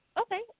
Okay